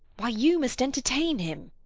why, you must entertain him.